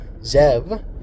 Zev